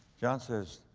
john says,